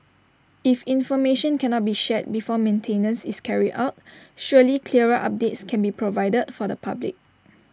if information cannot be shared before maintenance is carried out surely clearer updates can be provided for the public